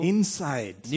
Inside